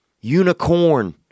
Unicorn